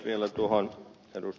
vielä tuohon ed